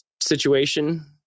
situation